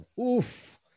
Oof